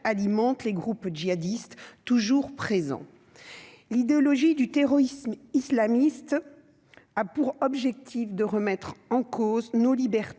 les groupes djihadistes toujours présent, l'idéologie du terrorisme islamiste, a pour objectif de remettre en cause nos libertés,